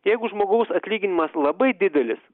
jeigu žmogaus atlyginimas labai didelis